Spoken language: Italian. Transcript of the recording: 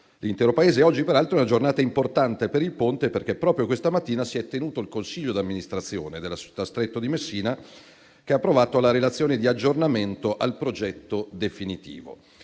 l'intero Paese. Oggi, peraltro, è una giornata importante per il Ponte perché proprio questa mattina si è tenuto il consiglio d'amministrazione della società Stretto di Messina, che ha approvato la relazione di aggiornamento al progetto definitivo.